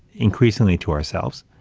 increasingly to ourselves.